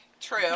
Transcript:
True